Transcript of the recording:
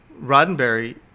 Roddenberry